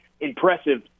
impressive